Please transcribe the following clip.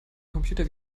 computer